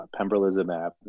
pembrolizumab